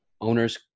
owners